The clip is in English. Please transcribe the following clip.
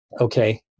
okay